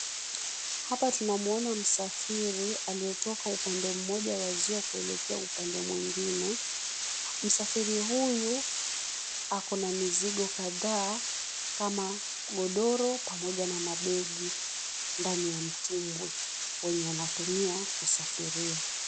Hapa tunamuona masafiri aliyetoka upande mmoja wa ziwa kuelekea upande mwingine. Msafiri huyu ako na mizigo kadhaa kama, godoro pamoja na mabegi ndani ya mtumbwi wenye anatumia kusafiria.